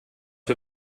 wir